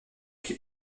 qui